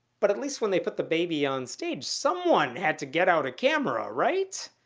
but at least when they put the baby on stage, someone had to get out a camera, right?